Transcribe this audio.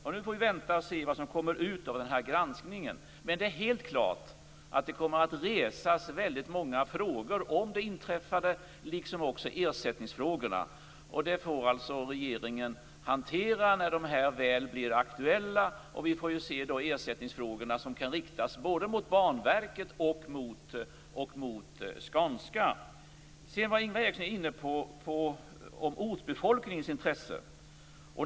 Vi får vänta och se vad som kommer ut av granskningen, men det är helt klart att det kommer att resas väldigt många frågor om det inträffade liksom också ersättningsfrågor. Det får regeringen hantera när de blir aktuella. Vi får då se vilka ersättningsfrågor som kan riktas både mot Banverket och mot Ingvar Eriksson var också inne på ortsbefolkningens intressen.